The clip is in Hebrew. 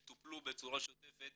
שטופלו בצורה שוטפת